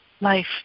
life